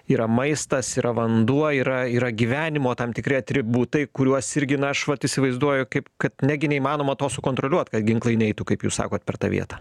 yra maistas yra vanduo yra yra gyvenimo tam tikri atributai kuriuos irgi na aš vat įsivaizduoju kaip kad negi neįmanoma to sukontroliuot kad ginklai neitų kaip jūs sakot per tą vietą